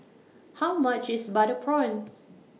How much IS Butter Prawn